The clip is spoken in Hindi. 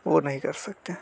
वो नहीं कर सकते